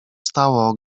stało